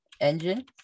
Engine